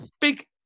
big